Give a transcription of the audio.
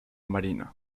marina